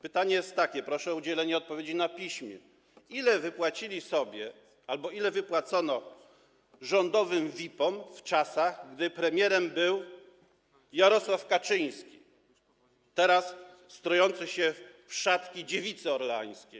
Pytanie jest takie - proszę o udzielenie odpowiedzi na piśmie - ile wypłacili sobie albo ile wypłacono rządowym VIP-om w czasach, gdy premierem był Jarosław Kaczyński, teraz strojący się w szatki Dziewicy Orleańskiej?